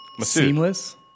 Seamless